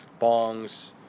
bongs